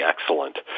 excellent